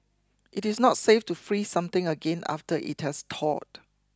it is not safe to freeze something again after it has thawed